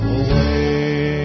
away